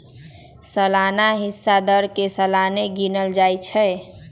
सलाना हिस्सा दर के सलाने गिनल जाइ छइ